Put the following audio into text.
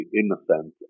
innocent